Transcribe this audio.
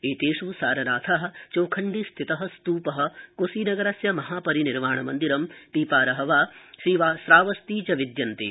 एतेष् सारनाथ चोखण्डी स्थित स्तूप कुशीनगरस्य महापरिनिर्वाणमन्दिरम् पीपरहवा श्रावस्ती च विद्यन्ते